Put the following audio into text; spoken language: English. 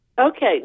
Okay